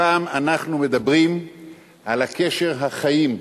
הפעם אנחנו מדברים על קשר החיים,